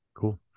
cool